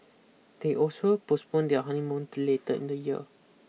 they also postponed their honeymoon to later in the year